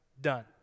done